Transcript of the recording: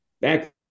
back